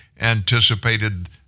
anticipated